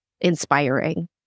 inspiring